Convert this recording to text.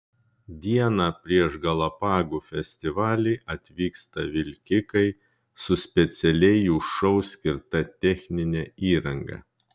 dieną prieš galapagų festivalį atvyksta vilkikai su specialiai jų šou skirta technine įranga